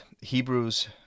hebrews